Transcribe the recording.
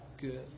good